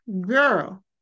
Girl